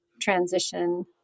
transition